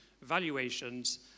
valuations